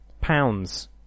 pounds